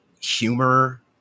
humor